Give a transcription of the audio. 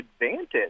advantage